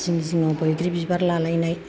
जिं जिंआव बैग्रि बिबार लालायनाय